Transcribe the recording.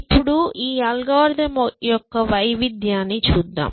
ఇప్పుడు ఈ అల్గోరిథం యొక్క వైవిధ్యాన్ని చూద్దాం